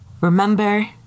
Remember